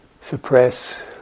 Suppress